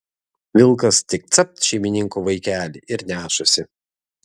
vilkas tik capt šeimininko vaikelį ir nešasi